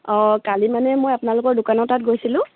অঁ কালি মানে মই আপোনালোকৰ দোকানত তাত গৈছিলোঁ